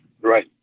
Right